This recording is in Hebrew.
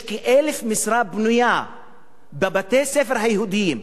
יש כ-1,000 משרות פנויות בבתי-הספר היהודיים,